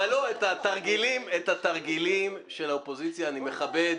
אבל את התרגילים של האופוזיציה, אני מכבד.